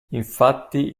infatti